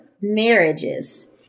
marriages